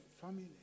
family